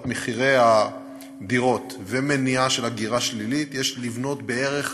מחירי הדירות ומניעת הגירה שלילית יש לבנות בערך